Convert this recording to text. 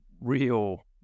real